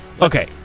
Okay